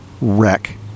wreck